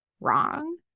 wrong